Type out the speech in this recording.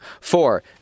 Four